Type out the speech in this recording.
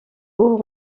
haut